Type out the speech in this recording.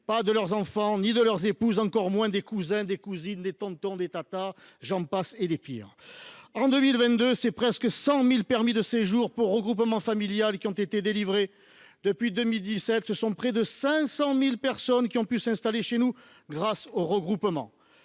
pas de leurs enfants ni de leurs épouses, encore moins des cousins, des cousines, des tontons, des tatas, j’en passe et des pires. En 2022, ce sont presque 100 000 permis de séjour pour regroupement familial qui ont été délivrés. Depuis 2017, près de 500 000 personnes ont pu s’installer chez nous grâce au regroupement